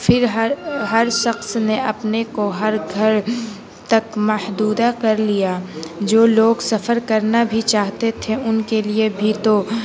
پھر ہر ہر شخص نے اپنے کو ہر گھر تک محدود کر لیا جو لوگ سفر کرنا بھی چاہتے تھے ان کے لیے بھی تو